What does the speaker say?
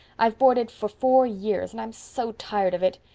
i've boarded for four years and i'm so tired of it.